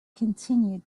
continued